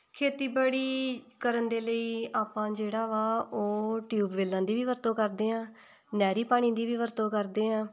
ਖੇਤੀਬਾੜੀ ਕਰਨ ਦੇ ਲਈ ਆਪਾਂ ਜਿਹੜਾ ਵਾ ਉਹ ਟਿਊਬਵੈਲਾਂ ਦੀ ਵੀ ਵਰਤੋਂ ਕਰਦੇ ਹਾਂ ਨਹਿਰੀ ਪਾਣੀ ਦੀ ਵੀ ਵਰਤੋਂ ਕਰਦੇ ਹਾਂ